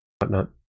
whatnot